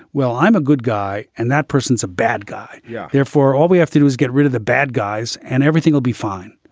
well, i'm a good guy and that person's a bad guy. yeah. therefore, all we have to do is get rid of the bad guys and everything will be fine.